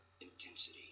intensity